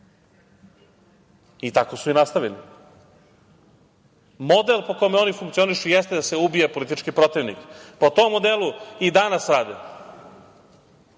i tako su i nastavili. Model po kome oni funkcionišu jeste da se ubije politički protivnik. Po tom modelu i danas rade.